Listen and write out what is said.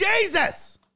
Jesus